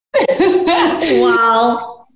Wow